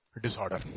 Disorder